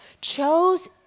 chose